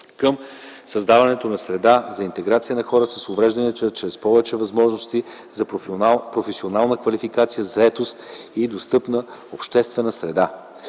към създаването на среда за интеграция на хората с увреждания чрез повече възможности за професионална квалификация, заетост и достъпна обществена среда.